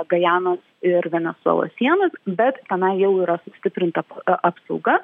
gajanos ir venesuelos sienos bet tenai jau yra sustiprinta a apsauga